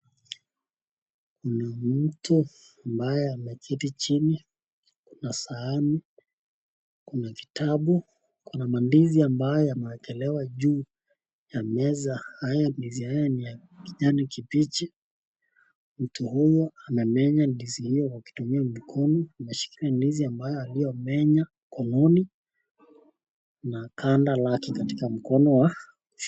Mtu ambaye ameketi chini na sahani. Kuana kitambu na kuna ndizi ambaye ameekelea juu ya meza. Ndizi ni ya kijani kibichi. Mtu huyu amemenya ndizi hiyo akitumia mikono. Ameshikilia ndizi aliyomenya mkononi na kanda lake.